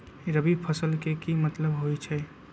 रबी फसल के की मतलब होई छई?